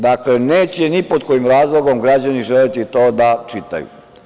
Dakle, neće ni pod kojim razlogom građani želeti to da čitaju.